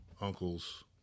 uncles